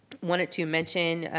wanted to mention,